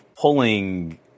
pulling